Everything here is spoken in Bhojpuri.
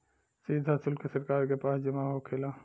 सीधा सुल्क सरकार के पास जमा होखेला